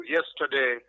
Yesterday